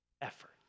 effort